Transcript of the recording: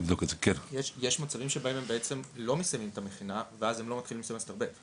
יש מצבים שבעצם הם לא מסיימים את המכינה ואז הם לא מתחילים סמסטר ב'.